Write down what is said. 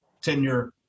tenure